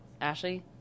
Ashley